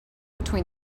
between